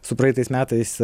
su praeitais metais